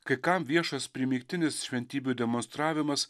kai kam viešas primygtinis šventybių demonstravimas